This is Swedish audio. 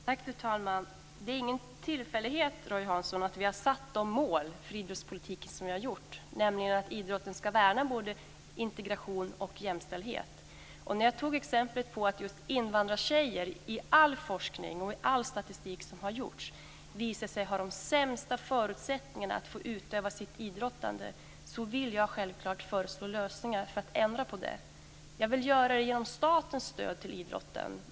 Fru talman! Det är ingen tillfällighet, Roy Hansson, att vi har satt upp de mål för idrottspolitiken som vi har, nämligen att idrotten ska värna både integration och jämställdhet. När jag tog upp exemplet att just invandrartjejer i all forskning och all statistik som har gjorts visar sig ha de sämsta förutsättningarna att få utöva sitt idrottande vill jag självklart föreslå lösningar för att ändra på det. Jag vill göra det genom statens stöd till idrotten.